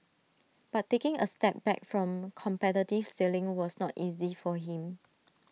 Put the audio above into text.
but taking A step back from competitive sailing was not easy for him